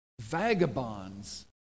vagabonds